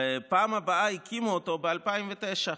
בפעם הבאה הקימו אותו ב-2009.